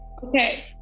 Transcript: okay